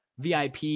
VIP